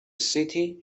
city